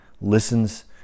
listens